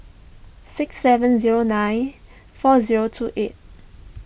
six seven zero nine four zero two eight